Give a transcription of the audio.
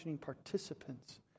participants